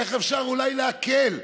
איך אפשר אולי להקל,